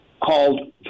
called